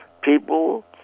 people